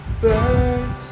birds